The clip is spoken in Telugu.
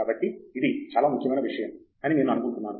కాబట్టి ఇది చాలా ముఖ్యమైన విషయం అని నేను అనుకుంటున్నాను